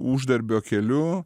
uždarbio keliu